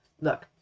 Look